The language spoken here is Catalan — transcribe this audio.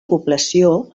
població